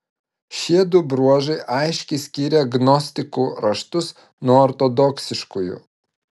šiedu bruožai aiškiai skiria gnostikų raštus nuo ortodoksiškųjų